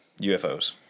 UFOs